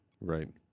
right